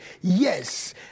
Yes